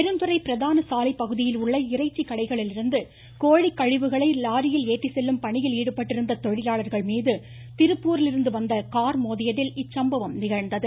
பெருந்துறை பிரதான சாலை பகுதியில் உள்ள இறைச்சி கடைகளிலிருந்து கோழிக்கழிவுகளை லாரியில் ஏற்றிச்செல்லும் பணியில் ஈடுபட்டிருந்த தொழிலாளர்கள் மீது திருப்பூரிலிருந்து வந்த கார் மோதியதில் இச்சம்பவம் நிகழ்ந்தது